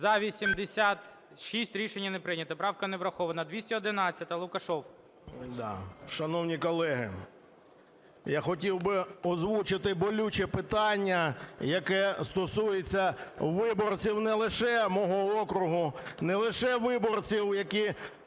За-86 Рішення не прийнято. Правка не врахована. 211-а. Лукашев. 12:52:59 ЛУКАШЕВ О.А. Шановні колеги, я хотів би озвучити болюче питання, яке стосується виборців не лише мого округу, не лише виборців, які